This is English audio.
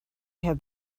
have